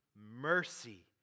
mercy